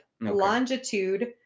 longitude